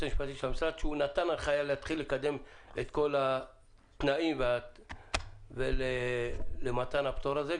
המשפטי של המשרד להתחיל לקדם את כל התנאים למתן הפטור הזה.